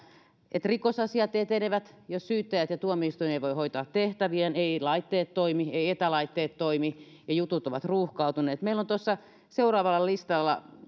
että rikosasiat etenevät jos syyttäjät ja tuomioistuin eivät voi hoitaa tehtäviään eivät laitteet toimi eivät etälaitteet toimi ja jutut ovat ruuhkautuneet meillä on tuossa seuraavaksi listalla